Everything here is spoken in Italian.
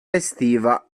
estiva